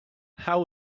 how